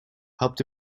helped